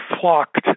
flocked